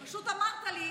פשוט אמרת לי,